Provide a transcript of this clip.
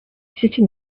sitting